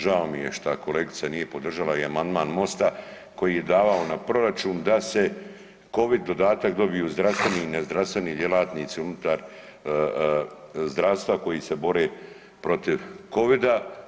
Žao mi je šta kolegica nije podržala i amandman MOST-a koji je davao na proračun da se Covid dodatak dobiju zdravstveni i nezdravstveni djelatnici unutar zdravstva koji se bore protiv Covida.